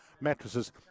mattresses